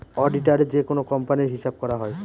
অডিটারে যেকোনো কোম্পানির হিসাব করা হয়